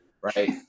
right